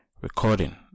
recording